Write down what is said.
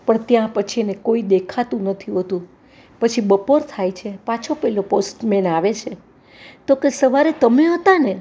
પણ ત્યાં પછી એને કોઈ દેખાતું નથી હોતું પછી બપોર થાય છે પાછો પેલો પોસ્ટ મેન આવે છે તોકે સવારે તમે હતાને